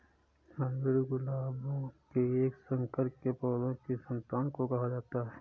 hybrid गुलाबों के एक संकर के पौधों की संतान को कहा जाता है